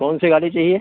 कौन सी गाड़ी चाहिए